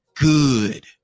good